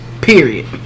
Period